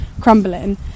crumbling